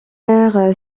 aire